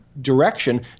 Direction